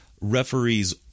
referees